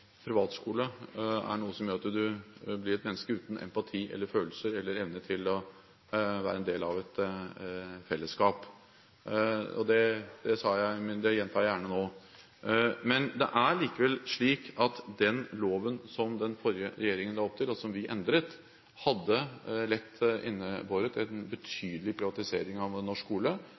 er noe som gjør at du blir et menneske uten empati, følelser eller evne til å være en del av et fellesskap. Det sa jeg, og det gjentar jeg gjerne nå. Men det er likevel slik at den loven som den forrige regjeringen la opp til, og som vi endret, lett hadde innebåret en betydelig privatisering av norsk skole,